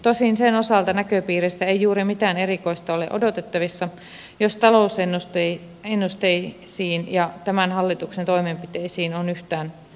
tosin sen osalta näköpiirissä ei juuri mitään erikoista ole odotettavissa jos talousennusteisiin ja tämän hallituksen toimenpiteisiin on yhtään luottamista